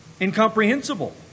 incomprehensible